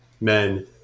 men